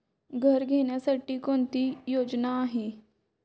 घर घेण्यासाठी कोणती योजना आहे?